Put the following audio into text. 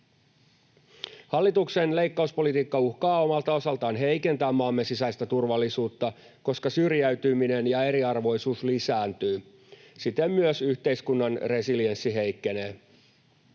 Hallituksen leikkauspolitiikka uhkaa omalta osaltaan heikentää maamme sisäistä turvallisuutta, koska syrjäytyminen ja eriarvoisuus lisääntyvät ja siten myös yhteiskunnan resilienssi heikkenee.